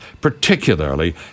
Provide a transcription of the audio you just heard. particularly